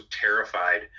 terrified